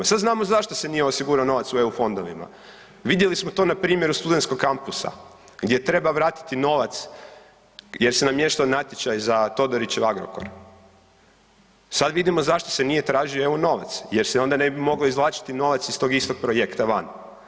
Sada znamo zašto se nije osigurao novac u eu fondovima, vidjeli smo to na primjeru studentskog kampusa gdje treba vratiti novac jer se namještao natječaj za Todorićev Agrokor, sad vidimo zašto se nije tražio eu novac jer se onda ne bi moglo izvlačiti iz tog istog projekta van.